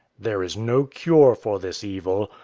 there is no cure for this evil,